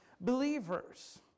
believers